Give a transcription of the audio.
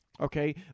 okay